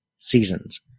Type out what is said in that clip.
Seasons